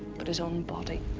but his own body?